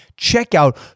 checkout